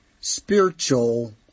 Spiritual